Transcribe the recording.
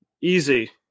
Easy